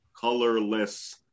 colorless